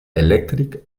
elèctric